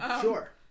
Sure